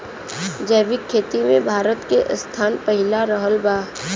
जैविक खेती मे भारत के स्थान पहिला रहल बा